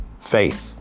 faith